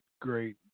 great